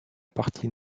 partie